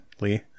Lee